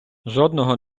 жодного